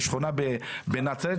שכונה בנצרת,